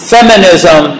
Feminism